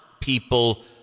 people